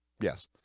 Yes